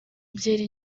byeri